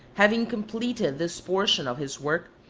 having completed this portion of his work,